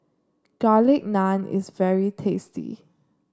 Garlic Naan is very tasty